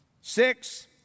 Six